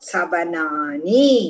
Sabanani